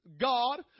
God